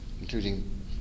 including